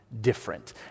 different